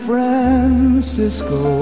Francisco